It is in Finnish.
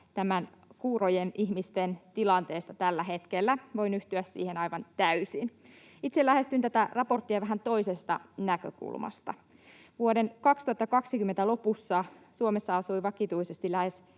tästä kuurojen ihmisten tilanteesta tällä hetkellä. Voin yhtyä siihen aivan täysin. Itse lähestyn tätä raporttia vähän toisesta näkökulmasta. Vuoden 2020 lopussa Suomessa asui vakituisesti lähes